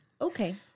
Okay